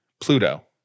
Pluto